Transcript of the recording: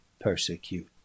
persecute